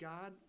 God